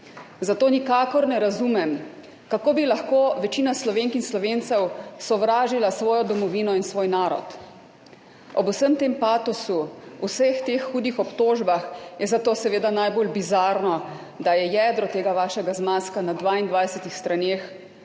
Zato nikakor ne razumem, kako bi lahko večina Slovenk in Slovencev sovražila svojo domovino in svoj narod. Ob vsem tem patosu, v vseh teh hudih obtožbah je zato seveda najbolj bizarno, da je jedro tega vašega zmazka na 22 straneh,